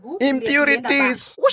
impurities